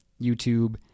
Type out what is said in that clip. youtube